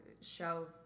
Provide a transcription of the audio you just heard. show